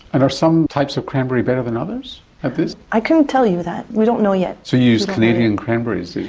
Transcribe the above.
and are some types of cranberry better than others at this? i couldn't tell you that, we don't know yet. so you used canadian cranberries, did you?